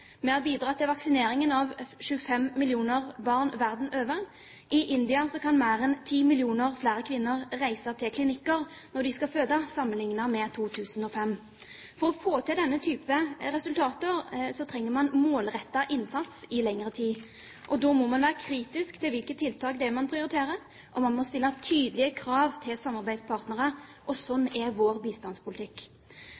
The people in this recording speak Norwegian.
til vaksineringen av 25 millioner barn verden over. I India kan mer enn 10 millioner flere kvinner reise til klinikker når de skal føde, sammenliknet med 2005. For å få til denne typen resultater trenger man målrettet innsats i lengre tid. Da må man være kritisk til hvilke tiltak man prioriterer, og man må stille tydelige krav til samarbeidspartnere.